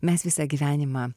mes visą gyvenimą